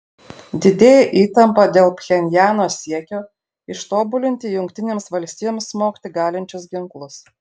didėja įtampa dėl pchenjano siekio ištobulinti jungtinėms valstijoms smogti galinčius ginklus